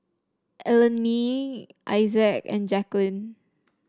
Allene Issac and Jacklyn